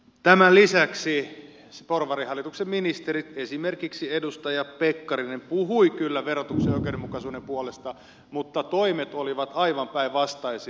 tämän lisäksi porvarihallituksen ministerit esimerkiksi edustaja pekkarinen puhuivat kyllä verotuksen oikeudenmukaisuuden puolesta mutta toimet olivat aivan päinvastaisia